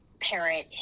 parent